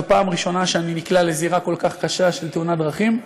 זו פעם ראשונה שאני נקלע לזירה כל כך קשה של תאונת דרכים,